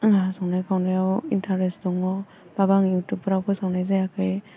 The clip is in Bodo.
आंहा संनाय खावनायाव इन्टारेस्ट दङ बाबो आं इउटुबफोराव फोसावनाय जायाखै